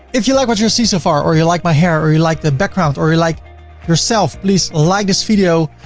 if you like what you have seen so far or you like my hair or you like the background, or or like yourself please like this video.